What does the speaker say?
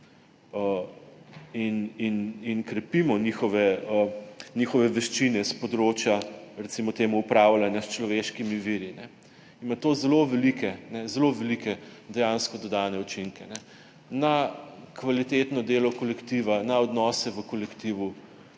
in krepimo njihove veščine s področja, recimo temu, upravljanja s človeškimi viri, ima to zelo velike dejansko dodane učinke na kvalitetno delo kolektiva, na odnose v kolektivu